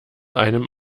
einem